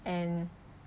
and